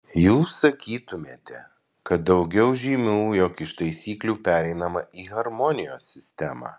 jūs sakytumėte kad daugiau žymių jog iš taisyklių pereinama į harmonijos sistemą